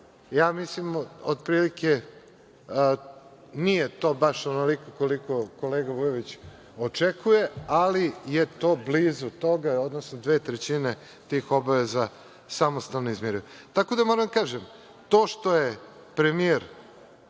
kreditnih starih linija. Nije to baš onoliko koliko kolega Vujović očekuje, ali je to blizu toga, odnosno dve trećine tih obaveza samostalno izmiruje. Moram da kažem da to što je premijer